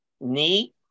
Knee